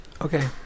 Okay